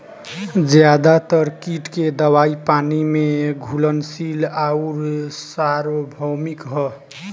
ज्यादातर कीट के दवाई पानी में घुलनशील आउर सार्वभौमिक ह?